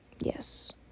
yes